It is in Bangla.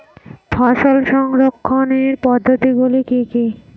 ফসল সংরক্ষণের পদ্ধতিগুলি কি কি?